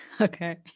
okay